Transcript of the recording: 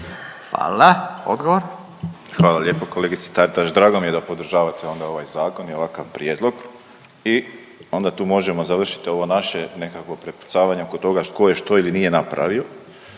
Josip (HDZ)** Hvala lijepo kolegice Taritaš, drago mi je da podržavate .../Govornik se ne razumije./... zakon i ovakav prijedlog i onda tu možemo završiti ovo naše nekakvo prepucavanje oko toga tko je što ili nije napravio,